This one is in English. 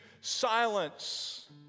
silence